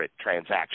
transaction